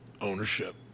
ownership